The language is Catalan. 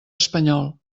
espanyol